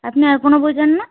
আপনি আর কোনো বই চান না